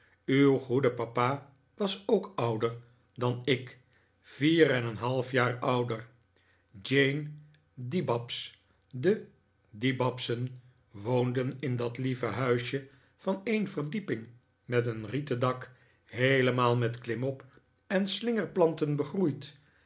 uw goede papa was ook ouder dan ik vier en half jaar ouder jane dibabs de dibabs'en woonden in dat lieve huisje van een verdieping met een rieten dak heelemaal met klimop en slingerplanten begroeid